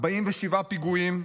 47 פיגועים,